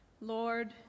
Lord